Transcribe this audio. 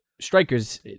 strikers